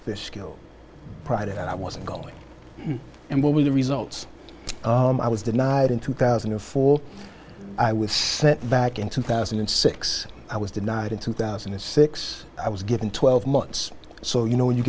fishkill pride and i wasn't going and will be the results i was denied in two thousand and four i was sent back in two thousand and six i was denied in two thousand and six i was given twelve months so you know when you